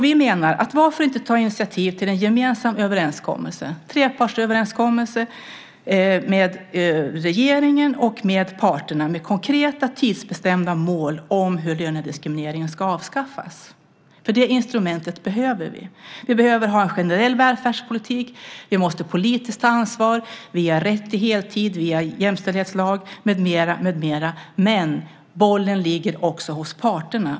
Vi menar att man bör ta initiativ till en gemensam trepartsöverenskommelse mellan regeringen och parterna med konkreta, tidsbestämda mål om hur lönediskrimineringen ska avskaffas. Vi behöver det instrumentet, vi behöver ha en generell välfärdspolitik, vi måste politiskt ta ansvar, vi har rätt till heltid, vi har jämställdhetslag med mera, men bollen ligger också hos parterna.